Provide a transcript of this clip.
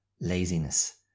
laziness